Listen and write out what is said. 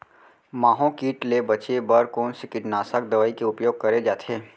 माहो किट ले बचे बर कोन से कीटनाशक दवई के उपयोग करे जाथे?